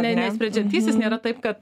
ne ne sprendžiantysis nėra taip kad